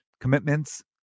commitments